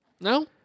No